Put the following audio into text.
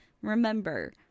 remember